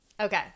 Okay